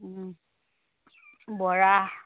Bora